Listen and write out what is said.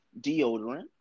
deodorant